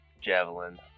javelin